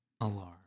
Alarm